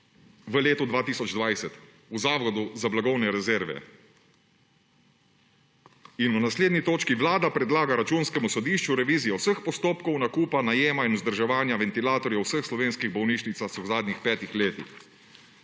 v letu 2020 v Zavodu za blagovne rezerve«. In v naslednji točki, »Vlada predlaga Računskemu sodišču revizijo vseh postopkov nakupa, najema in vzdrževanja ventilatorjev v vseh slovenskih bolnišnicah v zadnjih petih letih«.